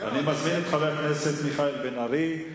מזמין את חבר הכנסת מיכאל בן-ארי.